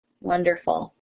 Wonderful